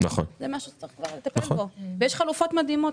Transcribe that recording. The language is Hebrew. זה משהו שצריך כבר לטפל בו ויש חלופות מדהימות,